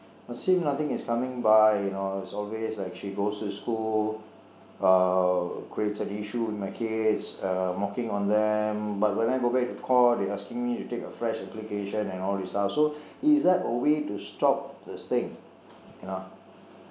I've seen nothing is coming by you know it's always like she goes to school uh creates an issue with my kids um mocking on them but when I go back to court they asking me to take a fresh application and all these stuff so is that a way to stop this thing you know